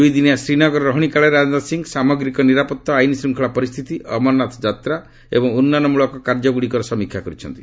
ଦୁଇ ଦିନିଆ ଶ୍ରୀନଗର ରହଶି କାଳରେ ରାଜନାଥ ସିଂ ସାମଗ୍ରୀକ ନିରାପତ୍ତା ଓ ଆଇନ୍ ଶୃଙ୍ଖଳା ପରିସ୍ଥିତି ଅମରନାଥ ଯାତ୍ରା ଏବଂ ଉନ୍ନୟନ ମୂଳକ କାର୍ଯ୍ୟଗୁଡ଼ିକର ସମୀକ୍ଷା କରିଛନ୍ତି